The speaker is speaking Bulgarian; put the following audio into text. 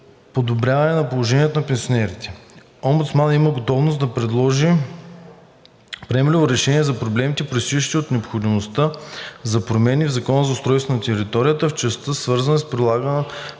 подобряване на положението на пенсионерите. Омбудсманът има готовност да предложи приемливо решение на проблемите, произтичащи от необходимостта за промени в Закона за устройство на територията в частта, свързана с прилагането